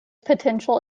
potential